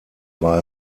war